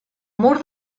mur